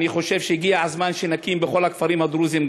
אני חושב שהגיע הזמן שנקים בכל הכפרים הדרוזיים מפעלים,